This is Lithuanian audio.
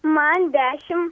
man dešim